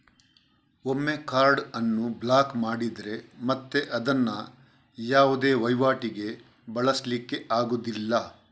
ಒಮ್ಮೆ ಕಾರ್ಡ್ ಅನ್ನು ಬ್ಲಾಕ್ ಮಾಡಿದ್ರೆ ಮತ್ತೆ ಅದನ್ನ ಯಾವುದೇ ವೈವಾಟಿಗೆ ಬಳಸ್ಲಿಕ್ಕೆ ಆಗುದಿಲ್ಲ